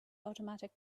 automatic